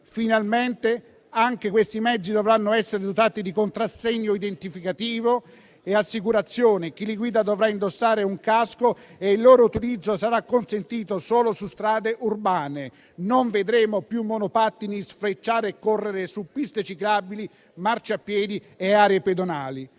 Finalmente anche questi mezzi dovranno essere dotati di contrassegno identificativo e assicurazione. Chi li guida dovrà indossare un casco e il loro utilizzo sarà consentito solo su strade urbane. Non vedremo più monopattini sfrecciare e correre su piste ciclabili, marciapiedi e aree pedonali.